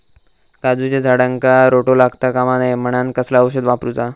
काजूच्या झाडांका रोटो लागता कमा नये म्हनान कसला औषध वापरूचा?